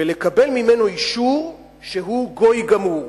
ולקבל ממנו אישור שהוא גוי גמור.